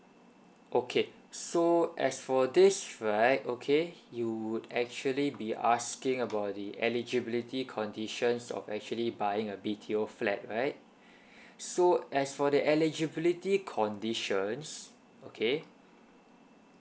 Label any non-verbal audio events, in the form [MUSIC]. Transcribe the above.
okay so as for this right okay you would actually be asking about the eligibility conditions of actually buying a B_T_O flat right [BREATH] so as for the eligibility conditions okay